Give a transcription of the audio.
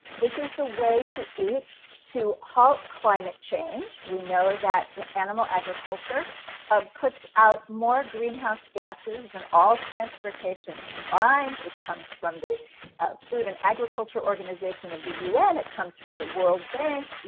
this is the way to eat to halt climate change, we know that animal agriculture puts out more greenhouse gases than all transportation combined, this comes from the food and agriculture organization of the un, it comes from the world bank,